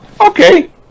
okay